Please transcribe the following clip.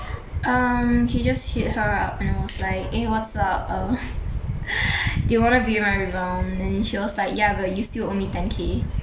um he just hit her up and was like eh what's up err do you wanna be my rebound then she was like ya but you still owe me ten K